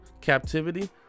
captivity